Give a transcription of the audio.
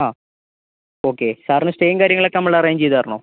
ആ ഓക്കെ സാറിന് സ്റ്റേയും കാര്യങ്ങളൊക്കെ നമ്മൾ അറേഞ്ച് ചെയ്തു തരണോ